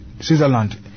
Switzerland